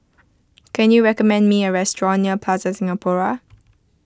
can you recommend me a restaurant near Plaza Singapura